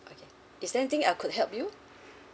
okay is there anything I could help you